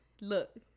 look